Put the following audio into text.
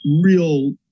real